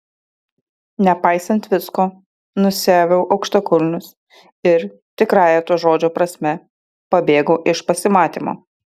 nepaisant visko nusiaviau aukštakulnius ir tikrąja to žodžio prasme pabėgau iš pasimatymo